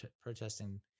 protesting